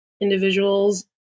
individuals